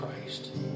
Christ